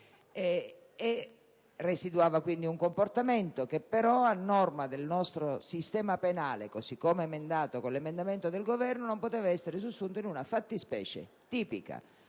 Residuava quindi un comportamento che però, a norma del nostro sistema penale, così come modificato con l'emendamento del Governo, non poteva essere sussunto in una fattispecie tipica.